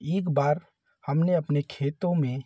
एक बार हमने अपने खेतों में